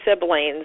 siblings